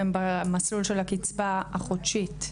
הם במסלול של הקצבה החודשית.